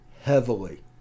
heavily